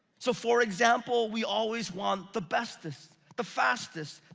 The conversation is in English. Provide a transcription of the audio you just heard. so for example, we always want the best-est, the fastest,